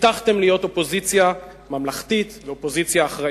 הבטחתם להיות אופוזיציה ממלכתית ואחראית.